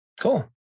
Cool